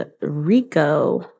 RICO